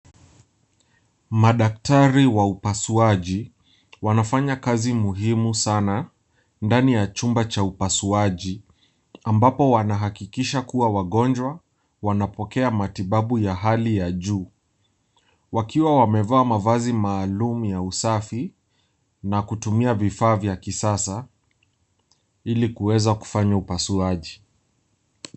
Madaktari wa upasuaji wanafanya kazi muhimu sana ndani ya chumba cha upasuaji ambapo wanahakikisha kuwa wagonjwa wanapokea matibabu ya hali ya juu , wakiwa wamevaa mavazi maalum ya usafi na kutumia vifaa vya kisasa ilikuweza kufanya upasuaji.